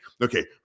Okay